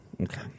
Okay